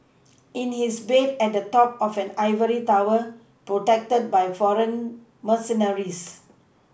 in his bed at the top of an ivory tower protected by foreign mercenaries